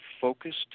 focused